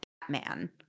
Batman